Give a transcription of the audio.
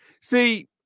See